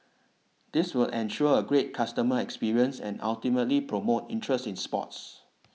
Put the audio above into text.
this will ensure a great customer experience and ultimately promote interest in sports